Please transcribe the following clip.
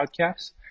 podcasts